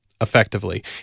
effectively